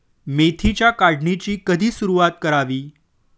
मेथीच्या काढणीची कधी सुरूवात करावी?